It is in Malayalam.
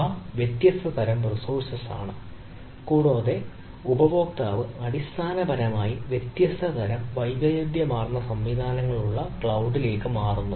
ഇവ വ്യത്യസ്ത തരം റിസോഴ്സ്കൾ ആണ് കൂടാതെ ഉപഭോക്താവ് അടിസ്ഥാനപരമായി വ്യത്യസ്ത തരം വൈവിധ്യമാർന്ന സംവിധാനങ്ങളുള്ള ക്ലൌഡിലേക്ക് ഒഴുക്കുന്നു